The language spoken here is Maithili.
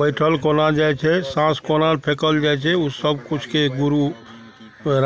बैठल कोना जाइ छै साँस कोना फेँकल जाइ छै ओ सभ किछुके गुरू